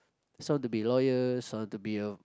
some to be lawyers some to be a